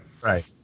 right